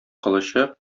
кылычы